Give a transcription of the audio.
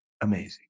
amazing